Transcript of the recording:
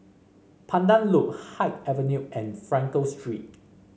Pandan Loop Haig Avenue and Frankel Street